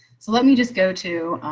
so let me just go to